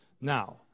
Now